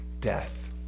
death